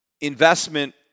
investment